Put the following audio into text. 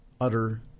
utter